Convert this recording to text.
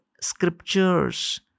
scriptures